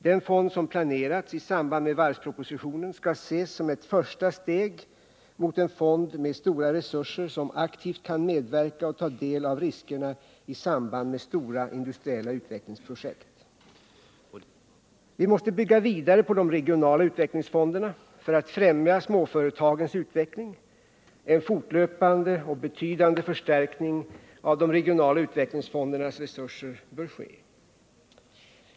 Den fond som planerats i samband med varvspropositionen skall ses som ett första steg mot en fond med stora resurser som aktivt kan medverka och ta en del av riskerna i samband med stora industriella utvecklingsprojekt. Vi måste bygga vidare på de regionala utvecklingsfonderna för att främja småföretagens utveckling. En fortlöpande och betydande förstärkning av de regionala utvecklingsfondernas resurser bör ske.